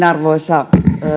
arvoisa